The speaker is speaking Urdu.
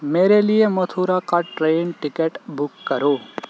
میرے لیے متھرا کا ٹرین ٹکٹ بک کرو